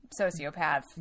sociopath